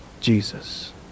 Jesus